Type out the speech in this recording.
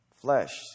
flesh